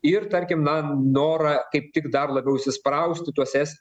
ir tarkim na norą kaip tik dar labiau įsisprausti tuose